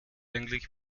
eigentlich